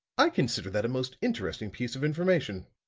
i consider that a most interesting piece of information.